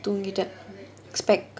தூங்கிட்டேன்:thoongittaen spec~